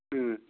ಹ್ಞೂ